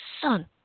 son